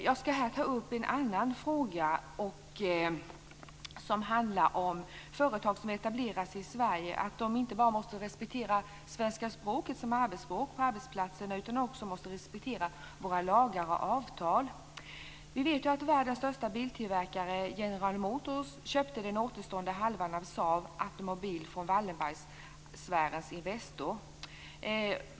Jag ska här ta upp en annan fråga, som handlar om att företag som etablerar sig i Sverige inte bara måste respektera svenska språket som arbetsspråk på arbetsplatserna utan också måste respektera våra lagar och avtal. Vi vet att världens största biltillverkare General Motors köpte den återstående halvan av Saab Automobile från Wallenbergsfärens Investor.